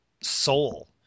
soul